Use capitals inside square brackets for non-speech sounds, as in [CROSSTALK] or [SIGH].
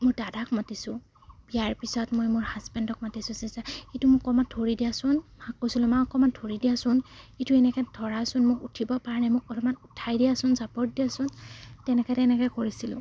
মোৰ দাদাক মাতিছোঁ ইয়াৰ পিছত মই মোৰ হাজবেণ্ডক মাতিছোঁ [UNINTELLIGIBLE] এইটো মোক অকণমান ধৰি দিয়াচোন মাক কৈছিলোঁ মই অকণমান ধৰি দিয়াচোন এইটো এনেকৈ ধৰাচোন মোক উঠিব পৰা নাই মোক অলপমান উঠাই দিয়াচোন চাপৰ্ট দিয়াচোন তেনেকৈ তেনেকৈ কৰিছিলোঁ